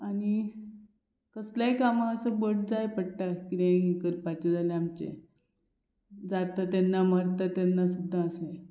आनी कसलेय कामां असो बट जाय पडटा किदेंय करपाचें जालें आमचें जाता तेन्ना मरता तेन्ना सुद्दां अशें